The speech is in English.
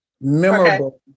memorable